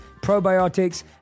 probiotics